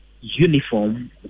uniform